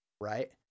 Right